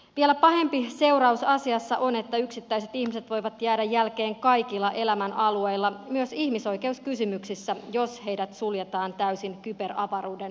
vielä pahempi seuraus asiassa on että yksittäiset ihmiset voivat jäädä jälkeen kaikilla elämänalueilla myös ihmisoikeuskysymyksissä jos heidät suljetaan täysin kyberavaruuden ulkopuolelle